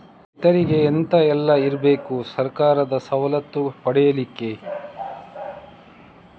ರೈತರಿಗೆ ಎಂತ ಎಲ್ಲ ಇರ್ಬೇಕು ಸರ್ಕಾರದ ಸವಲತ್ತು ಪಡೆಯಲಿಕ್ಕೆ?